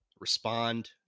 respond